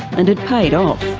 and it paid off.